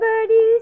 birdies